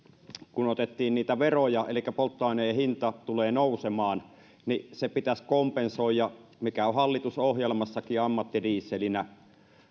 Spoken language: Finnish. kun otettiin niitä veroja elikkä polttoaineen hinta tulee nousemaan se pitäisi kompensoida kuten on hallitusohjelmassakin ammattidieselinä